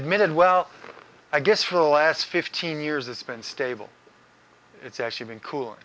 admitted well i guess for the last fifteen years it's been stable it's actually been cool